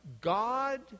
God